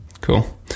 Cool